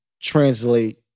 translate